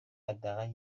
حداقل